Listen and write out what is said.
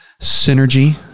synergy